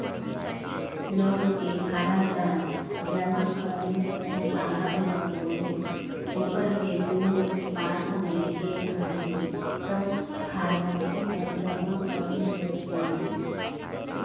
loan के form ल जमा करेंव त साहब ह बोलिस ऊपर भेजहूँ त पास होयके आही त फारमेलटी अउ जमा करे बर परही